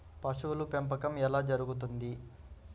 పశువుల పెంపకం ఎలా జరుగుతుంది?